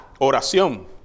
oración